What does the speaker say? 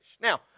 Now